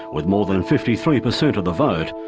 with more than fifty three percent of the vote.